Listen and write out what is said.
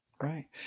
right